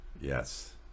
Yes